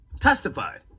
testified